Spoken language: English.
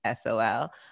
sol